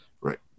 right